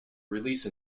release